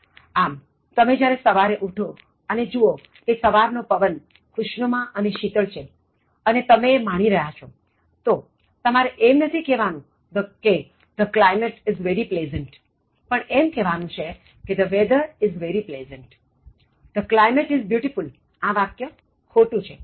આમતમે જ્યારે સવારે ઉઠો અને જુઓ કે સવાર નો પવન ખુશનુમા અને શીતળ છે અને તમે એ માણી રહ્યા છો તો તમારે એમ નથી કહેવાનું કે the climate is very pleasantપણ એમ કહેવાનું છે કે the weather is very pleasant The climate is beautiful આ વાક્ય ખોટું છે